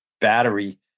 battery